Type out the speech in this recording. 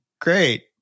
Great